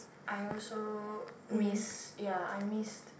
I also miss ya I miss